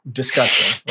disgusting